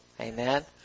Amen